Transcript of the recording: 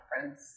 friends